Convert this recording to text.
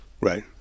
Right